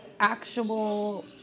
actual